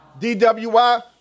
DWI